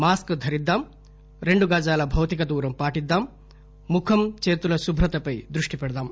mask ధరిద్దాం రెండు గజాల భౌతిక దూరం పాటిద్దాం ముఖం చేతుల శుభ్రతపై దృష్టి పెడదాం